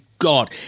God